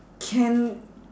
can